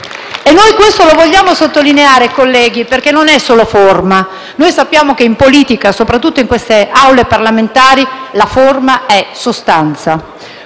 Gruppo FI-BP)*. Vogliamo sottolinearlo, colleghi, perché non è solo forma: sappiamo che in politica, soprattutto in queste Aule parlamentari, la forma è sostanza.